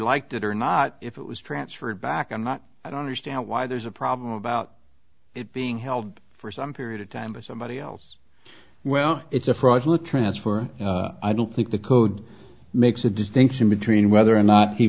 liked it or not if it was transferred back i'm not i don't understand why there's a problem about it being held for some period of time by somebody else well it's a fraudulent transfer i don't think the code makes a distinction between whether or not he